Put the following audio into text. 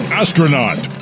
astronaut